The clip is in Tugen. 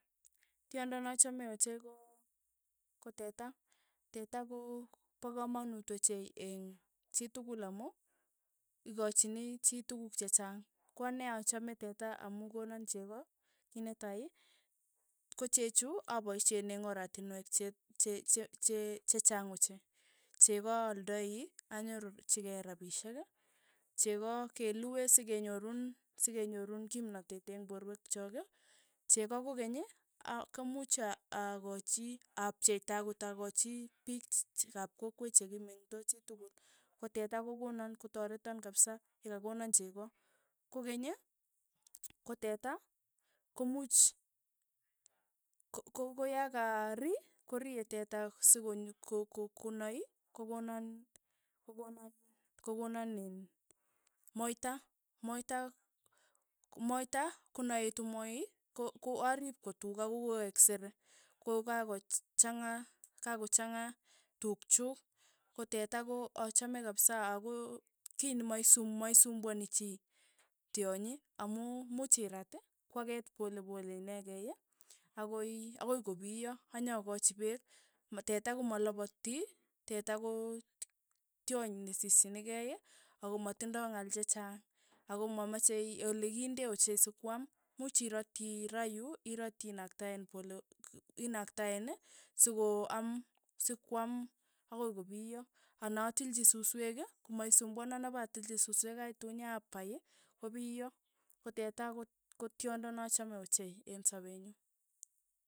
Tyondo na achamei ochei ko teta, teta ko pa kamanut ochei eng' chitikul amu ikachini chii tukuk che chang, ko ane achame teta amu konan cheko, kiit netai, ko chechu apasihen eng oratinwek che- che- che chaang ochei, cheko aaldai anyoruchikei rapishek, cheko kelue sikenyorun sikenyorun kimnatet eng porwek chook, cheko kokeny aa komuuch a- a kochi apcheita akot akochi piich ap kokwet chekimeng'tosi tukul, ko teta kokonan kotareton kapsa yekakona cheko, kokeny, ko teta, ko muuch ko- ko koyakarii, korie teta sikonyor ko- ko- konaii, kokonan kokonan- kokonan iin moita moita moita kanetu moe a- aariip kotuka kokoeek sere, kokakochang'a kakochang'a tukchu koteta achame kapisa aku kiy nemaisum maisumbwani chii tyonyi amu muuch iraat kwakeet polepole inekei akoi ako kopiyo anyakachi peek, teta komalapati, teta ko tyony ne sischini kei, akomatindoi ng'al chechang, ako mamache olekindet ochei sikwam, muuch iratchi ra yu, iratchi inaktaeen pole inaktaeen sikoam sikwaam akoi kopiyo, ana atilchi susweek ii, komaisumbwana napatilchi suswek aitu nyapai, ko piyo, ko teta ko tyondo ne achame ochei eng' sapee nyu.